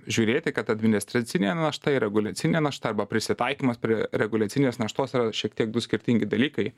žiūrėti kad administracinė našta ir reguliacinė našta arba prisitaikymas prie reguliacinės naštos yra šiek tiek du skirtingi dalykai